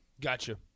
Gotcha